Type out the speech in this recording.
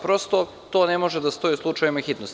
Prosto, to ne može da stoji u slučajevima hitnosti.